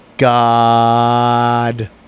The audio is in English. God